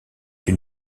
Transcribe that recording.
une